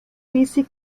bici